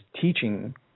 teaching